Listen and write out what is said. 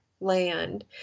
Land